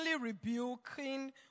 rebuking